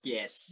Yes